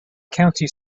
county